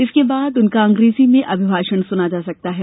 इसके बाद उनका अंग्रेजी में अभिभाषण सुना जा सकता है